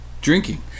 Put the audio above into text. drinking